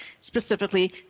specifically